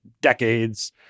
decades